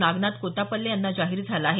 नागनाथ कोत्तापल्ले यांना जाहीर झाला आहे